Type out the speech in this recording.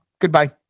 Goodbye